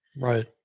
Right